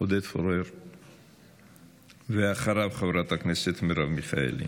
עודד פורר, ואחריו, חברת הכנסת מרב מיכאלי.